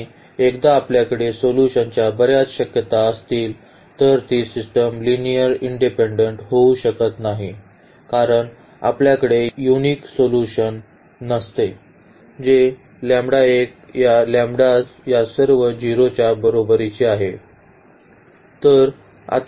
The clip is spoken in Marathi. आणि एकदा आपल्याकडे सोल्यूशनच्या बर्याच शक्यता असतील तर ती सिस्टम लिनिअर्ली इंडिपेन्डेन्ट होऊ शकत नाही कारण आपल्याकडे युनिक सोल्यूशन नसते जे या सर्व 0 च्या बरोबरीचे आहे